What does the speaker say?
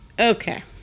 Okay